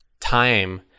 time